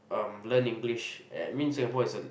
um learn English and mean Singapore is a